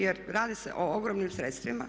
Jer radi se o ogromnim sredstvima.